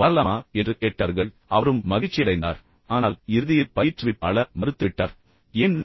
வரலாமா என்று கேட்டார்கள் அதனால் பயிற்றுவிப்பாளர் அவரும் மகிழ்ச்சியடைந்தார் ஆனால் இறுதியில் பயிற்றுவிப்பாளர் மறுத்துவிட்டார் ஏன்